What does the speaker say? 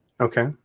Okay